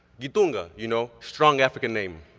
guitunga, you know, strong african name.